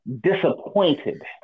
disappointed